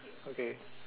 okay